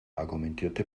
argumentierte